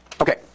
okay